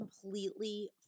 completely